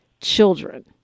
children